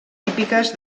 típiques